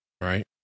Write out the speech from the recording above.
Right